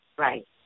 Right